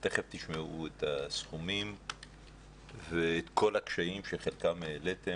אתם תיכף תשמעו את הסכומים וכל הקשיים שהעליתם,